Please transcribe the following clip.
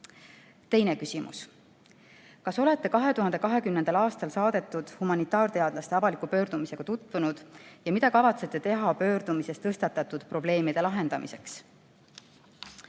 Teine küsimus: "Kas olete 2020. aastal saadetud humanitaarteadlaste avaliku pöördumisega tutvunud ja mida kavatsete teha pöördumises tõstatatud probleemide lahendamiseks?"